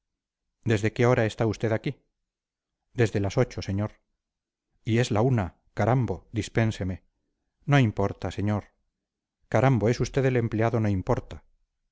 desde qué hora está usted aquí desde las ocho señor y es la una carambo dispénseme no importa señor carambo es usted el empleado no importa